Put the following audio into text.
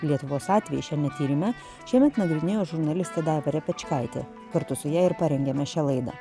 lietuvos atveju šiame tyrime šiemet nagrinėjo žurnalistė daiva repečkaitė kartu su ja ir parengėme šią laidą